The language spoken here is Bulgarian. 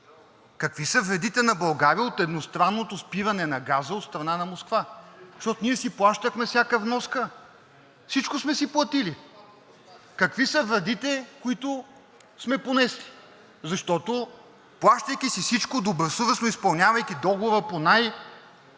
какви са вредите на България от едностранното спиране на газа от страна на Москва. Защото ние си плащахме всяка вноска. Всичко сме си платили. Какви са вредите, които сме понесли, защото, плащайки си всичко, добросъвестно изпълнявайки договора по най-добрия